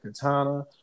katana